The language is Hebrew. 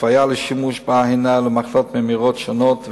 ההתוויה לשימוש בה הינה למחלות ממאירות שונות,